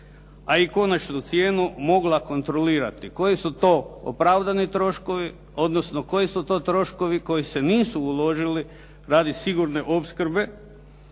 a i konačnu cijenu mogla kontrolirati koji su to opravdani troškovi odnosno koji su to troškovi koji se nisu uložili radi sigurne opskrbe.